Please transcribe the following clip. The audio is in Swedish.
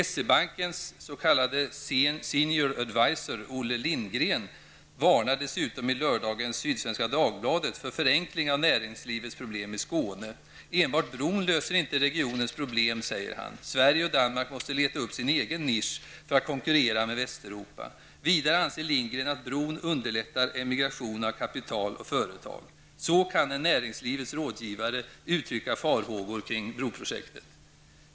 SE-bankens s.k. senior adviser, Olle Lindgren, varnar dessutom i lördagens Sydsvenska Skåne. Enbart bron löser inte regionens problem, säger han. Sverige och Danmark måste leta upp sin egen nisch för att konkurrera med Västeuropa. Vidare anser Lindgren att bron underlättar emigration av kapital och företag. Så kan en näringslivets rådgivare uttrycka farhågor kring broprojektet.